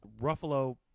Ruffalo